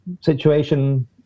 situation